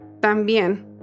también